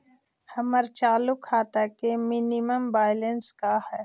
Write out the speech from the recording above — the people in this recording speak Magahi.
हमर चालू खाता के मिनिमम बैलेंस का हई?